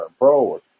pro